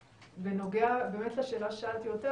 בנוגע לשאלה ששאלתי את איה,